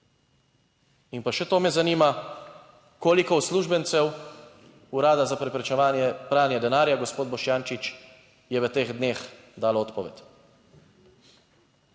In pa še to me zanima, koliko uslužbencev Urada za preprečevanje pranja denarja, gospod Boštjančič, je v teh dneh dalo odpoved?